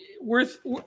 worth